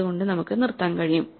അതുകൊണ്ടു നമുക്ക് നിർത്താൻ കഴിയും